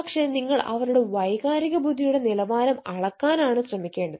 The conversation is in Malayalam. പക്ഷെ നിങ്ങൾ അവരുടെ വൈകാരിക ബുദ്ധിയുടെ നിലവാരം അളക്കാനാണ് ശ്രമിക്കേണ്ടത്